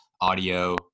audio